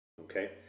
Okay